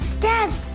dad?